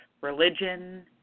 religion